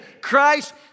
Christ